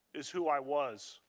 is who i was.